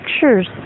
pictures